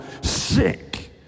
sick